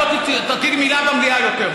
את לא תוציאי מילה במליאה יותר.